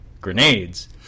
grenades